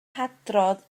hadrodd